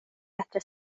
bättre